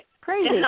crazy